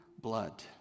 blood